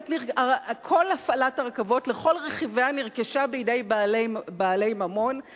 כל הפעלת הרכבות על כל רכיביה נרכשה בידי בעלי ממון,